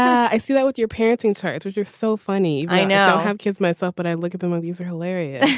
i see that with your parenting sites which are so funny. i now have kids myself but i look at them and ah these are hilarious